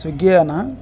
స్వీగ్గీయేనా